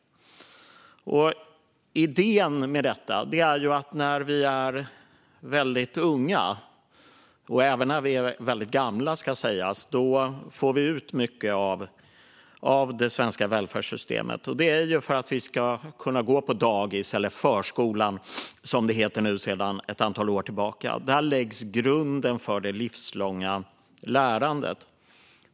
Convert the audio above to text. Idén med detta är att vi när vi är väldigt unga, och även när vi är väldigt gamla, får ut mycket av det svenska välfärdssystemet. Det är för att vi ska kunna gå på dagis, eller förskolan som det heter sedan ett antal år tillbaka. Där läggs grunden för det livslånga lärandet.